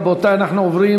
רבותי, אנחנו עוברים